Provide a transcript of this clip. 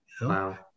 Wow